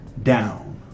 down